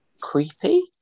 creepy